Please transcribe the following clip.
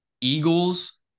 Eagles